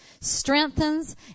strengthens